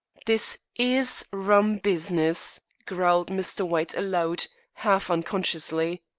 this is rum business, growled mr. white aloud, half unconsciously.